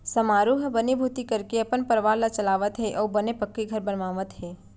समारू ह बनीभूती करके अपन परवार ल चलावत हे अउ बने पक्की घर बनवावत हे